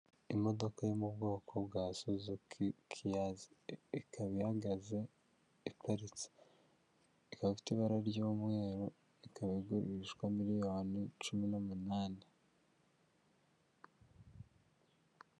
Imodoka yo mu bwoko bwa suzuki kiyazi ikaba ihagaze iparitse ikaba ifite ibara ry'umweru ikaba igurishwa miliyoni cumi n'umunani.